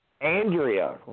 Andrea